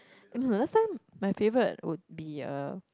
eh no no last time my favourite would be uh